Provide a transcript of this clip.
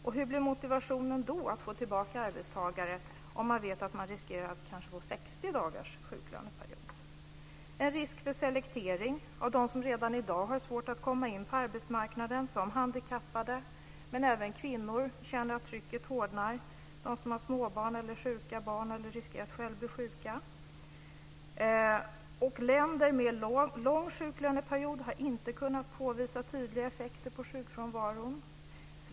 Hur blir det med motivationen för att få tillbaka arbetstagare om man vet att man riskerar att få kanske Vidare handlar det om risk för selektering av dem som redan i dag har svårt att komma in på arbetsmarknaden, såsom handikappade. Men även kvinnor känner att trycket hårdnar - de som har små barn eller sjuka barn eller som riskerar att själva bli sjuka. I länder med en lång sjuklöneperiod har tydliga effekter på sjukfrånvaron inte kunnat påvisas.